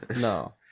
No